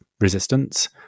resistance